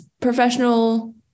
professional